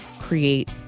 create